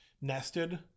nested